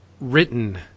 written